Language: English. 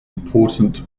important